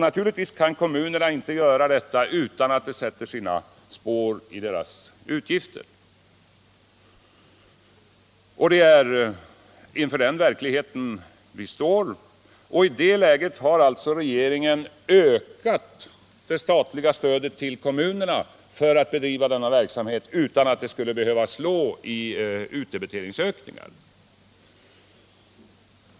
Naturligtvis kan kommunerna inte göra detta utan att det sätter sina spår i deras utgifter. Det är inför den verkligheten vi står. I det läget har regeringen ökat det statliga stödet till kommunerna för att bedriva denna verksamhet utan att det skulle behöva slå i form av utdebiteringsökningar.